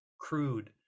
crude